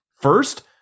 first